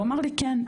הוא אמר לי כן,